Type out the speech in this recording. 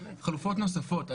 חלופות נוספות.